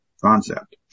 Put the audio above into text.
concept